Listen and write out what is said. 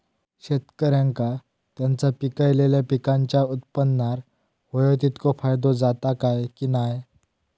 शेतकऱ्यांका त्यांचा पिकयलेल्या पीकांच्या उत्पन्नार होयो तितको फायदो जाता काय की नाय?